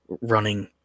running